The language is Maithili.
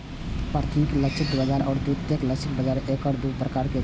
प्राथमिक लक्षित बाजार आ द्वितीयक लक्षित बाजार एकर दू प्रकार छियै